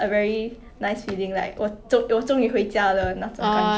you know how I say 钱不能买幸福 that kind of thing